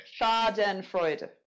Schadenfreude